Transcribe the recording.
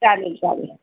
चालेल चालेल